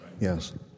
Yes